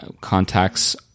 contacts